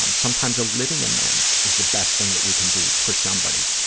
um sometimes a living amends is the best thing that we can do for somebody.